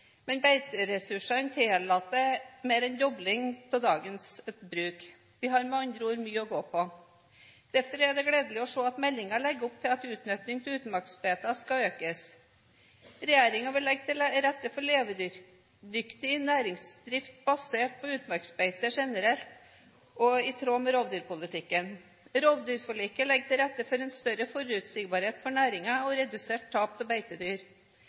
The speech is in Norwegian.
men beiteressursene tillater mer enn en dobling av dagens beitebruk. Vi har med andre ord mye å gå på. Derfor er det gledelig å se at meldingen legger opp til at utnytting av utmarksbeitene skal økes. Regjeringen vil legge til rette for levedyktig næringsdrift basert på utmarksbeite generelt og i tråd med rovdyrpolitikken. Rovdyrforliket legger til rette for en større forutsigbarhet for næringen og reduserte tap av beitedyr.